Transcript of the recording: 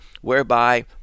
whereby